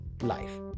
life